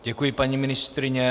Děkuji, paní ministryně.